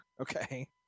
Okay